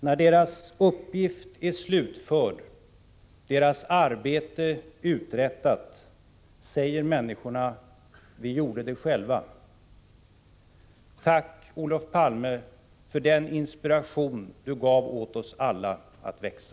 när deras uppgift är slutförd deras arbete uträttat säger människorna — vi gjorde det själva. Tack, Olof Palme, för den inspiration Du gav åt oss alla att växa.